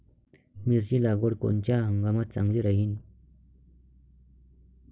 मिरची लागवड कोनच्या हंगामात चांगली राहीन?